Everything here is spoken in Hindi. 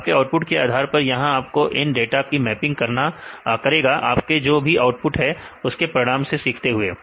आपके आउटपुट के आधार पर यहां आपके इन टाटा की मैपिंग करेगा आपका जो भी आउटपुट है उसके परिणामसे सीखते हुए